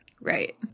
Right